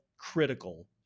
critical